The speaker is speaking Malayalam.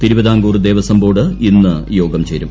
തിരുവിതാംകൂർ ദേവസ്വം ബോർഡ് ഇന്ന് യോഗം ചേരും